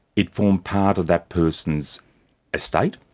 it formed part of that person's estate,